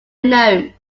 known